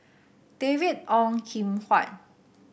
David Ong Kim Huat